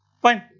fine.